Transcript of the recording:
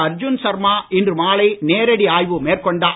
அர்ஜுன் சர்மா இன்று மாலை நேரடி ஆய்வு மேற்கொண்டார்